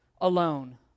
alone